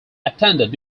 attended